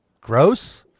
gross